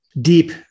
deep